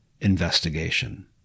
investigation